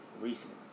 recent